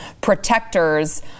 protectors